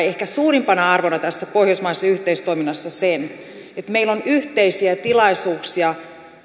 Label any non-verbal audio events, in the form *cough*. *unintelligible* ehkä suurimpana arvona tässä pohjoismaisessa yhteistoiminnassa sen että meillä on yhteisiä tilaisuuksia